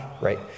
right